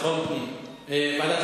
הפנים והגנת